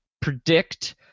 predict